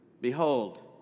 Behold